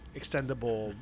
extendable